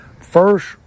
First